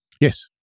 Yes